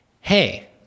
Hey